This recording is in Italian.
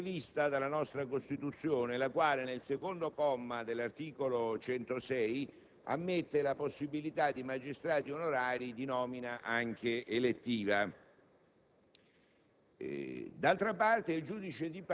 Questa possibilità è prevista dalla nostra Costituzione, la quale, al secondo comma dell'articolo 106, ammette la possibilità di magistrati onorari di nomina anche elettiva.